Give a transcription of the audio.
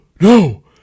no